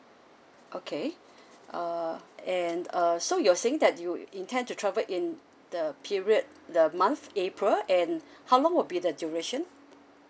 okay uh and uh so you are saying that you intend to travel in the period the month april and how long will be the duration